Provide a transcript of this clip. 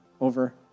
over